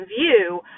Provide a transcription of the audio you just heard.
view